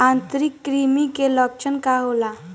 आंतरिक कृमि के लक्षण का होला?